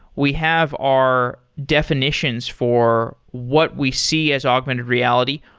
we have our definitions for what we see as augmented reality.